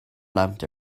lawnt